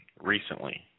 recently